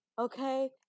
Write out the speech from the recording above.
Okay